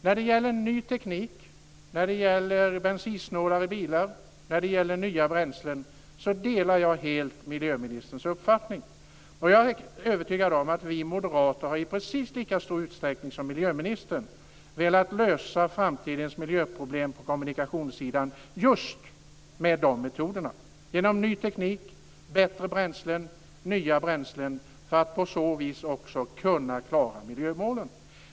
När det gäller ny teknik, bensinsnålare bilar och nya bränslen delar jag helt miljöministerns uppfattning. Jag är övertygad om att vi moderater i precis lika stor utsträckning som miljöministern har velat lösa framtidens miljöproblem på kommunikationssidan just med de metoderna - genom ny teknik samt genom bättre och nya bränslen - för att på så vis också kunna klara miljömålen.